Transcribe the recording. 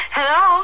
Hello